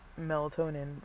melatonin